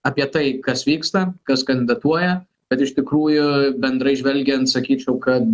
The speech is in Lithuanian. apie tai kas vyksta kas kandidatuoja bet iš tikrųjų bendrai žvelgiant sakyčiau kad